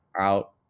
out